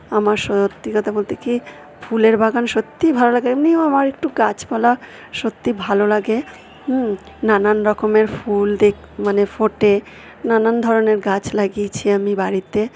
আমার সত্যি কথা বলতে কি ফুলের বাগান সত্যিই ভালো লাগে এমনিও আমার একটু গাছপালা সত্যি ভালো লাগে নানান রকমের ফুল মানে ফোটে নানান ধরনের গাছ লাগিয়েছি আমি বাড়িতে